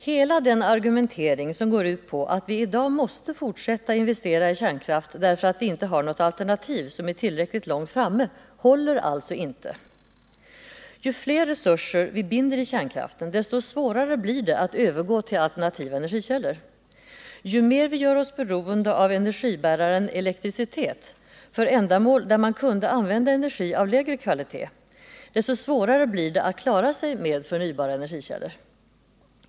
Hela den argumentering som går ut på att vi i dag måste fortsätta investera i kärnkraft därför att vi inte har något alternativ som är tillräckligt långt framme håller alltså inte. Ju fler resurser vi binder i kärnkraften, desto svårare blir det att övergå till alternativa energikällor. Ju mer vi gör oss beroende av energibäraren elektricitet för ändamål där man kunde använda energi av lägre kvalitet, desto svårare blir det att klara sig med förnybara energikällor.